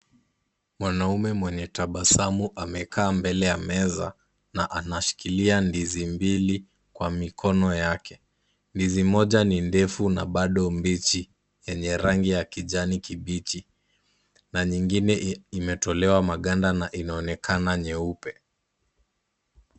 Mwanaume mwenye tabasamu amekaa mbele ya meza, na anashikilia ndizi mbili kwa mikono yake. Ndizi moja ni ndefu na bado mbichi, yenye rangi ya kijani kibichi na nyingine imetolewa maganda na inaonekana nyeupe.